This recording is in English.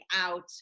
out